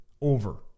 over